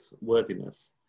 worthiness